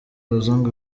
abazungu